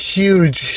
huge